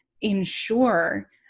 ensure